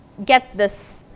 get this